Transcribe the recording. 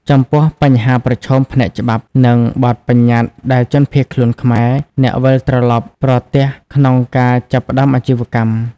ចំពោះបញ្ហាប្រឈមផ្នែកច្បាប់ និងបទប្បញ្ញត្តិដែលជនភៀសខ្លួនខ្មែរ អ្នកវិលត្រឡប់ប្រទះក្នុងការចាប់ផ្តើមអាជីវកម្ម។